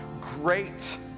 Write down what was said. Great